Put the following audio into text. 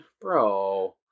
bro